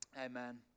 amen